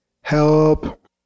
Help